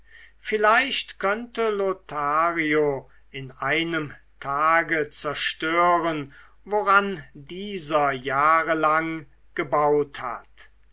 vielleicht könnte lothario in einem tage zerstören woran dieser jahrelang gebaut hat